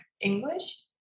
English